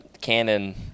canon